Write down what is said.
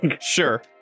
Sure